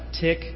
tick